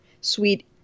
sweet